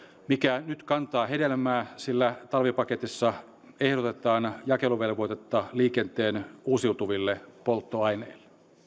mikä nyt kantaa hedelmää sillä talvipaketissa ehdotetaan jakeluvelvoitetta liikenteen uusiutuville polttoaineille